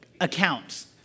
accounts